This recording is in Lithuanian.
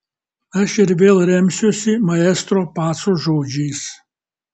aš ir vėl remsiuosi maestro paco žodžiais